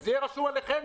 זה יהיה רשום עליכם,